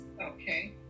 Okay